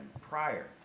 prior